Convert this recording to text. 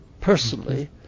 personally